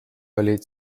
olid